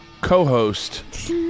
co-host